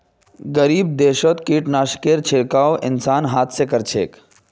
गरीब देशत कीटनाशकेर छिड़काव इंसान हाथ स कर छेक